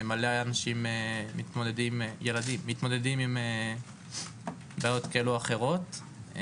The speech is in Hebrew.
הרבה ילדים מתמודדים עם בעיות כאלו או אחרות.